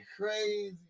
Crazy